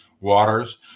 waters